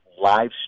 live